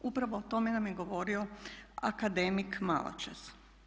Upravo o tome nam je govorio akademik maločas.